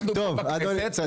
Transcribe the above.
אנחנו פה בכנסת --- טוב, בסדר.